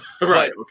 Right